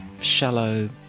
shallow